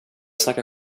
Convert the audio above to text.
snacka